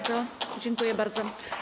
Dziękuję bardzo.